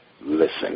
listen